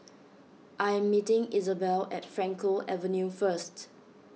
I am meeting Izabelle at Frankel Avenue first